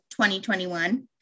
2021